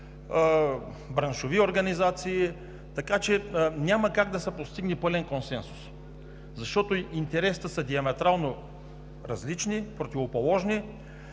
браншови организации. Така че няма как да се постигне пълен консенсус, защото интересите са диаметрално различни, противоположни.